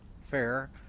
Fair